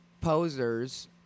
posers